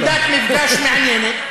מצאנו נקודת מפגש מעניינת,